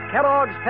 Kellogg's